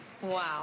Wow